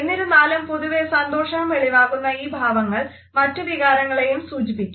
എന്നിരുന്നാലും പൊതുവെ സന്തോഷം വെളിവാക്കുന്ന ഈ ഭാവങ്ങൾ മറ്റു വികാരങ്ങളെയും സൂചിപ്പിക്കാം